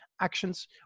actions